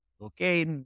Okay